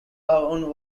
own